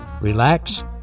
relax